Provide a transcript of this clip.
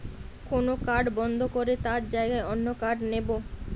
কোন কার্ড বন্ধ করে তার জাগায় অন্য কার্ড নেব